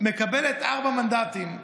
מקבלת ארבעה מנדטים.